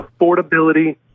Affordability